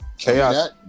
Chaos